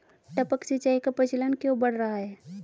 टपक सिंचाई का प्रचलन क्यों बढ़ रहा है?